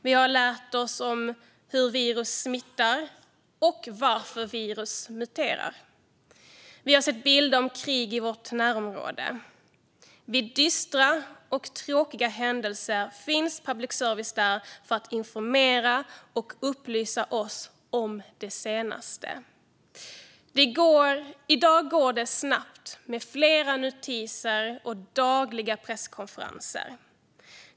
Vi har lärt oss hur virus smittar och varför virus muterar. Vi har sett bilder från krig i vårt närområde. Vid dystra och tråkiga händelser finns public service där för att informera och upplysa oss om det senaste. I dag går det snabbt med flera notiser och dagliga presskonferenser.